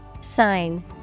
Sign